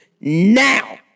now